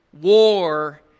War